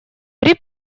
при